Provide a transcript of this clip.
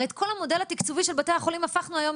הרי את כל המודל התקצובי של בתי החולים הפכנו היום